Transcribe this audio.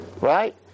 right